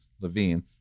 Levine